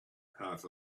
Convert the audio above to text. half